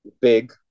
big